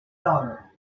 daughter